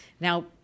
Now